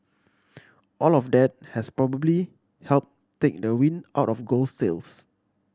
all of that has probably help take the wind out of gold's sails